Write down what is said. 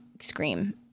scream